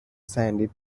sandy